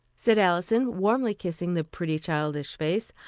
said alison, warmly kissing the pretty childish face,